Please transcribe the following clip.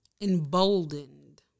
Emboldened